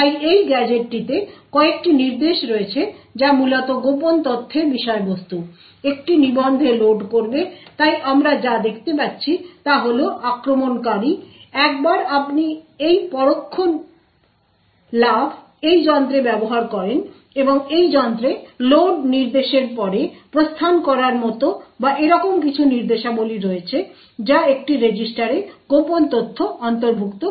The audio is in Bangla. তাই এই গ্যাজেটটিতে কয়েকটি নির্দেশ রয়েছে যা মূলত গোপন তথ্যের বিষয়বস্তু একটি নিবন্ধে লোড করবে তাই আমরা যা দেখতে পাচ্ছি তা হল আক্রমণকারী একবার আপনি এই পরোক্ষ লাফ এই যন্ত্রে ব্যবহার করেন এবং এই যন্ত্রে লোড নির্দেশের পরে প্রস্থান করার মতো বা এরকম কিছু নির্দেশাবলী রয়েছে যা একটি রেজিস্টারে গোপন তথ্য অন্তর্ভুক্ত করে